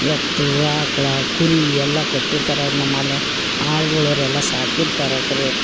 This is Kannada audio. ಎತ್ತು ಆಕ್ಳ ಕುರಿ ಎಲ್ಲ ಕಟ್ಟಿರ್ತಾರೆ ಅವ್ರ ನಮ್ಮಲ್ಲ ಆಳ್ಗುಳ ಅವರೆಲ್ಲ ಸಾಕಿರ್ತಾರ ಕರೆ